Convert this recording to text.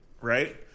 Right